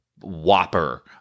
whopper